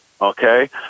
okay